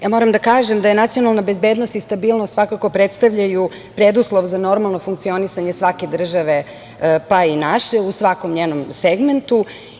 Moram da kažem da nacionalna bezbednost i stabilnost svakako predstavljaju preduslov za normalno funkcionisanje svake države, pa i naše, u svakom njenom segmentu.